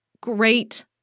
great